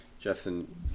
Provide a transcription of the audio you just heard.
Justin